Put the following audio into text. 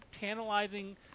tantalizing